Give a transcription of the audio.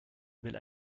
will